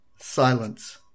Silence